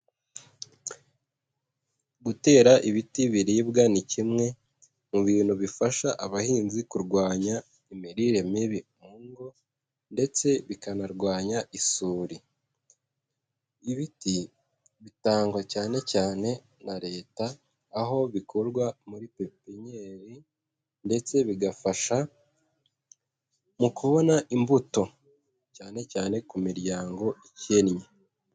Gutera ibiti biribwa ni kimwe mu bintu bifasha abahinzi kurwanya imirire mibi mu ngo ndetse bikanarwanya isuri. Ibiti bitangwa cyane cyane na Leta, aho bikorwa muri pepinyeri ndetse bigafasha mu kubona imbuto cyane cyane ku miryango ikennye.